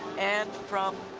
and from